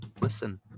Listen